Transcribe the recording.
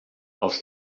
els